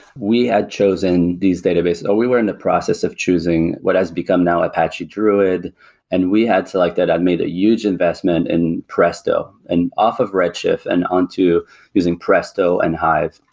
we had chosen these databases. we were in the process of choosing what has become now apache druid and we had selected and made a huge investment in presto and off of redshift and onto using presto and hive.